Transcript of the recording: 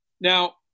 Now